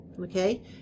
okay